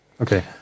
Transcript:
okay